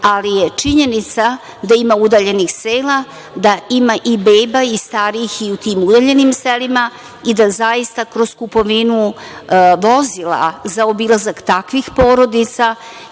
Ali, je činjenica da ima udaljenih sela, da ima i beba i starijih u tim udaljenim selima i da zaista kroz kupovinu vozila za obilazak takvih porodica,